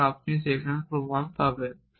এবং আপনি সেখানে প্রমাণ পাবেন